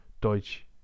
Deutsch